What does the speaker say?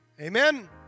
Amen